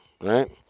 right